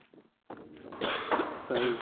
ᱥᱟᱹᱭ